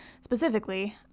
specifically